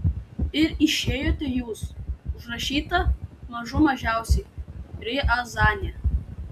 ir išėjote jūs užrašyta mažų mažiausiai riazanė